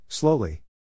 Slowly